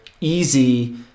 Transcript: easy